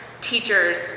teachers